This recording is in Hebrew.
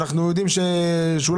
אני לא